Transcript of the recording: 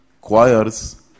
choirs